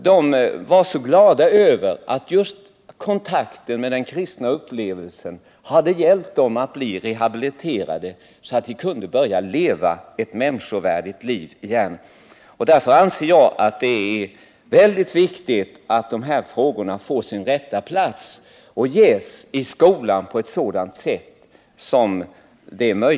De var nu så glada över att just kontakten med den kristna tron hade hjälpt dem att bli rehabiliterade, så att de kunde börja leva ett människovärdigt liv igen. Det är alltså väldigt viktigt att de här frågorna får sin rätta plats i skolan och att de ges bästa möjliga utrymme.